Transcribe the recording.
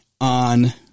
on